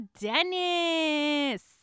Dennis